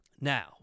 Now